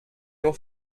your